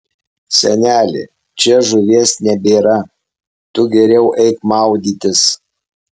seneli čia žuvies nebėra tu geriau eik maudytis